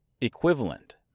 equivalent